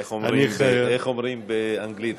איך אומרים באנגלית?